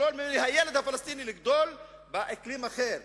לשלול מהילד הפלסטיני לגדול באקלים אחר,